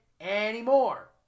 anymore